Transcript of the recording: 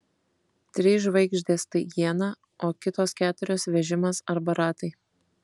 trys žvaigždės tai iena o kitos keturios vežimas arba ratai